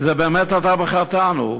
זה באמת "אתה בחרתנו",